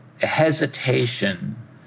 hesitation